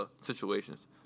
Situations